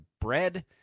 bread